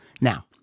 now